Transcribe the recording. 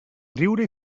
riure